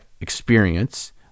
experience